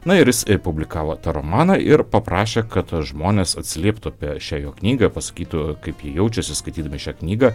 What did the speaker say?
na ir jis publikavo tą romaną ir paprašė kad žmonės atsilieptų apie šią jo knygą pasakytų kaip jie jaučiasi skaitydami šią knygą